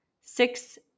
Six